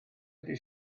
ydy